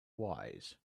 wise